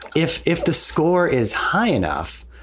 if if the score is high enough,